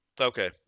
okay